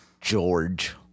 George